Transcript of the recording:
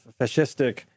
fascistic